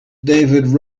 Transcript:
david